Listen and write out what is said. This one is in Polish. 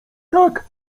tak